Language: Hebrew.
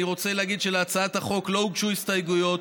אני רוצה להגיד שלהצעת החוק לא הוגשו הסתייגויות.